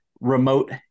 remote